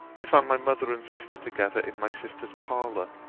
i found my mother and sister together in my sister's parlour.